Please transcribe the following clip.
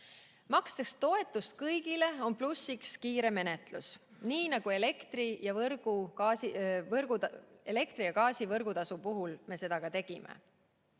Makstes toetust kõigile on plussiks kiire menetlus, nii nagu me seda elektri ja gaasi võrgutasu puhul tegime.